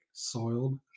soiled